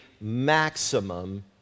maximum